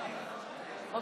חברת הכנסת לסקי?